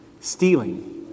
Stealing